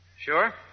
Sure